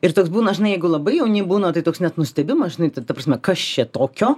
ir toks būna žinai jeigu labai jauni būna tai toks net nustebimas žinai tai ta prasme kas čia tokio